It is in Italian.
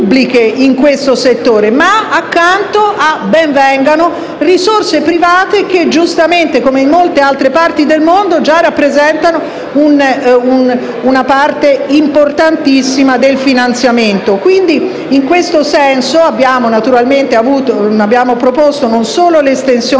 in questo settore. Ma accanto, ben vengano anche risorse private che, giustamente, come in molte altre parti del mondo, già rappresentano una parte importantissima del finanziamento. In questo senso, abbiamo proposto non solo l'estensione